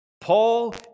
Paul